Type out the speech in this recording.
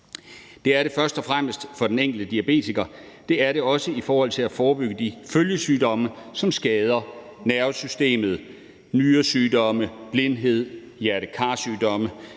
Det er det først og fremmest for den enkelte diabetiker, og det er det også i forhold til at forebygge følgesygdomme, som drejer sig om nervesystemet, nyresygdomme, blindhed og hjerte-kar-sygdomme,